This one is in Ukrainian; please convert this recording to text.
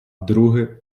друге